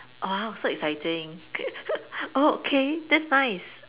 ah so exciting oh okay that's nice